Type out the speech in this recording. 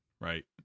right